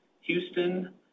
Houston